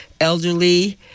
elderly